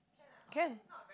can